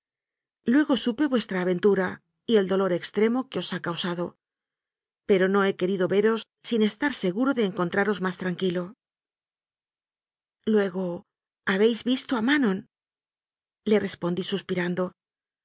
luego supe vuestra aventura y el dolor ex tremo que os ha causado pero no he querido veros sin estar seguro de encontraros más tranquilo luego habéis visto a manon le respondí suspirando